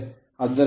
ಆದ್ದರಿಂದ 2